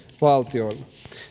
valtiolle